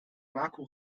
marco